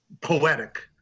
poetic